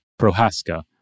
Prohaska